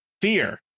fear